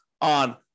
on